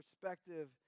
perspective